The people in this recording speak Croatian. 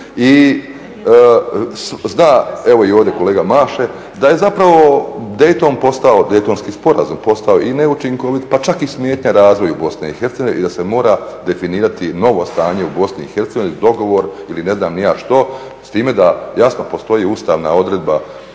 i zna i evo kolega ovdje maše da je DEitonski sporazum postao i neučinkovit pa čak i smetnja razvoju BiH jer se mora definirati novo stanje u BiH dogovor ili ne znam ni ja što, s tim da jasno postoji ustavna odredba